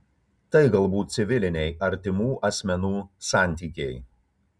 tai galbūt civiliniai artimų asmenų santykiai